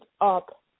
up